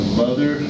mother